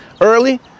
early